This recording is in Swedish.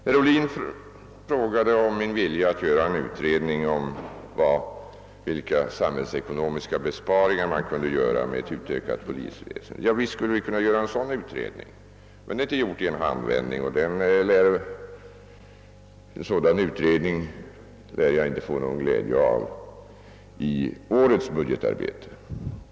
Herr Ohlin efterlyste min vilja att företa en utredning om vilka samhällsekonomiska besparingar som kunde göras med ett utökat polisväsende. Visst skulle man kunna sätta i gång en sådan utredning, men den är inte genomförd i en handvändning, och jag lär inte hinna få någon glädje av den i årets budgetarbete.